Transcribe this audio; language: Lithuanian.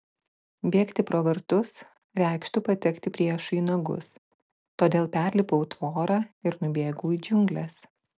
bėgti pro vartus reikštų patekti priešui į nagus todėl perlipau tvorą ir nubėgau į džiungles